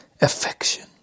affection